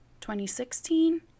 2016